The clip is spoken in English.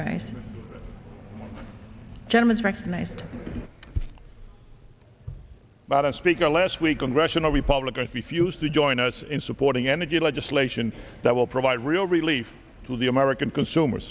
generous recognized but a speaker last week congressional republicans refused to join us in supporting energy legislation that will provide real relief for the american consumer